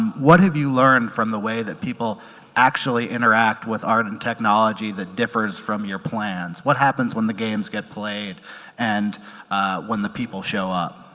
what have you learned from the way that people actually interact with art and technology that differs from your plans? what happens when the games get played and when the people show up?